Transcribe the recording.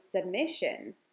submission